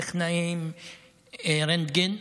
טכנאי רנטגן,